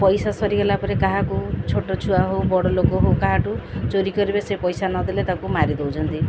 ପଇସା ସରିଗଲା ପରେ କାହାକୁ ଛୋଟ ଛୁଆ ହଉ ବଡ଼ ଲୋକ ହଉ କାହାଠୁ ଚୋରି କରିବେ ସେ ପଇସା ନଦେଲେ ତାକୁ ମାରି ଦଉଛନ୍ତି